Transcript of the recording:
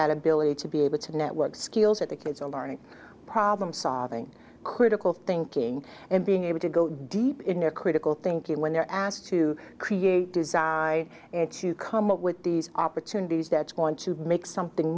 that ability to be able to network skills at the kids are learning problem solving critical thinking and being able to go deep in their critical thinking when they're asked to create and to come up with these opportunities that's going to make something